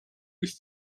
ist